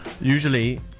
usually